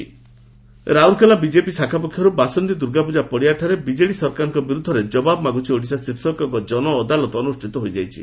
ଜନଅଦାଲତ BJP ପକ୍ଷରୁ ରାଉରକେଲା ବାସନ୍ତୀଦୁର୍ଗା ପୂକା ପଡ଼ିଆଠାରେ ବିଜେଡ଼ି ସରକାରଙ୍କ ବିରୁଦ୍ଧରେ ଜବାବ ମାଗୁଛି ଓଡ଼ିଶା ଶୀର୍ଷକ ଏକ ଜନଅଦାଲତ ଅନୁଷ୍ଠିତ ହୋଇଯାଇଛି